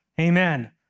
Amen